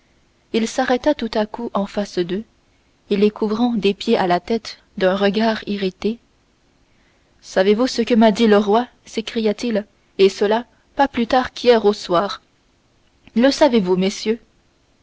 il s'arrêta tout à coup en face d'eux et les couvrant des pieds à la tête d'un regard irrité savez-vous ce que m'a dit le roi s'écria-t-il et cela pas plus tard qu'hier au soir le savez-vous messieurs